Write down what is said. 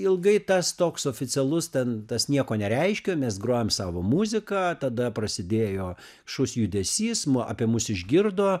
ilgai tas toks oficialus ten tas nieko nereiškė mes grojom savo muziką tada prasidėjo šus judesys mu apie mus išgirdo